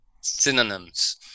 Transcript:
synonyms